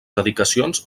dedicacions